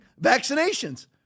vaccinations